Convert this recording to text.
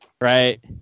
right